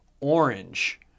orange